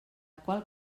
qual